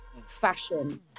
fashion